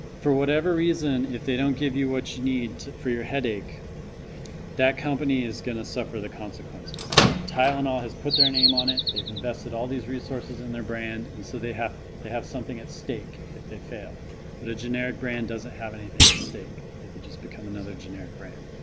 for whatever reason if they don't give you what you need for your headache that company is gonna suffer the consequences like tylenol has put their name on it they've invested all these resources in their brand and so they have to have something at stake if they fail but a generic brand doesn't have anything at stake they could just become another generic brand